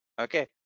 okay